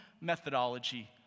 methodology